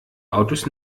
autos